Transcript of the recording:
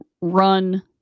run